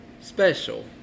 special